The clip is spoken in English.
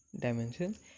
dimension